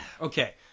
okay